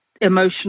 emotional